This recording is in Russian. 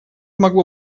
могло